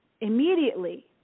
immediately